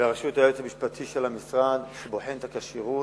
בראשות היועץ המשפטי של המשרד שבוחנת את הכשירות,